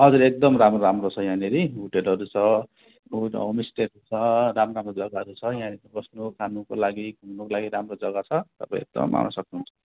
हजुर एकदम राम्रो राम्रो छ यहाँनिर होटलहरू छ होमस्टेहरू छ राम्रो राम्रो जग्गाहरू छ यहाँनिर बस्नु खानुको लागि घुम्नुको लागि राम्रो जग्गा छ तपाईँ एकदम आउन सक्नुहुन्छ